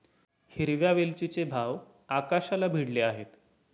हिरव्या वेलचीचे भाव आकाशाला भिडले आहेत